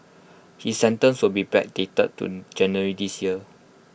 his sentence will be backdated to January this year